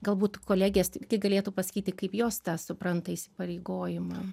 galbūt kolegės irgi galėtų pasakyti kaip jos tą supranta įsipareigojimą